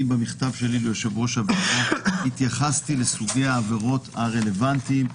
אני במכתב שלי ליושב-ראש הוועדה התייחסתי לסוגי העבירות הרלוונטיים,